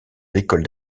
l’école